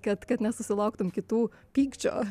kad kad nesusilauktum kitų pykčio